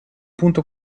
punto